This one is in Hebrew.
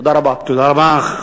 תודה רבה.